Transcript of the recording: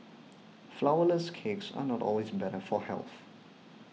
Flourless Cakes are not always better for health